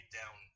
down